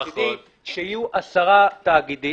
מצדי, שיהיו 10 תאגידים